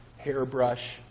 hairbrush